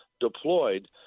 deployed